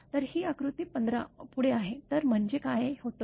तर ही आकृती १५ पुढे आहे तर म्हणजे काय होतं